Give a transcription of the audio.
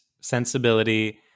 sensibility